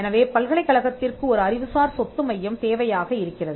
எனவே பல்கலைக்கழகத்திற்கு ஒரு அறிவுசார் சொத்து மையம் தேவையாக இருக்கிறது